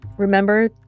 Remember